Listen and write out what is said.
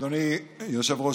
יושב-ראש